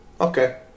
Okay